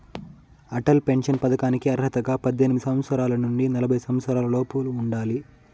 Atal pension పథకానికి అర్హతగా పద్దెనిమిది సంవత్సరాల నుండి నలభై సంవత్సరాలలోపు ఉండాలి